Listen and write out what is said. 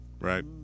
right